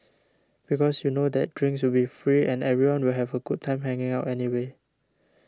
because you know that drinks will be free and everyone will have a good time hanging out anyway